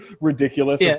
ridiculous